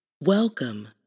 Welcome